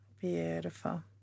Beautiful